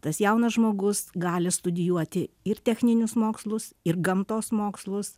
tas jaunas žmogus gali studijuoti ir techninius mokslus ir gamtos mokslus